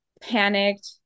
panicked